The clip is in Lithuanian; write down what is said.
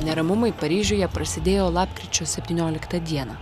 neramumai paryžiuje prasidėjo lapkričio septynioliktą dieną